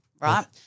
right